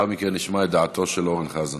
לאחר מכן נשמע את דעתו של אורן חזן.